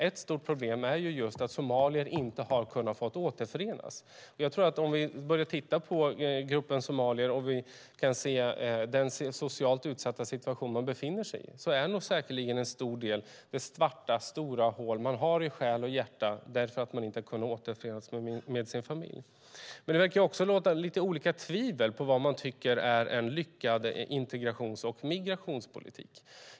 Ett stort problem är just att somalier inte har kunnat få återförenas. Om vi tittar på gruppen somalier och den socialt utsatta situation de befinner sig i är säkerligen en stor del det svarta, stora hål man har i själ och hjärta därför att man inte har kunnat återförenas med sin familj. Det verkar också råda lite olika tvivel när det gäller vad man tycker är en lyckad integrations och migrationspolitik.